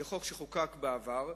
זה חוק שחוקק בעבר,